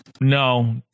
No